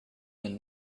than